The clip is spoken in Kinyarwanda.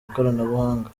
ikoranabuhanga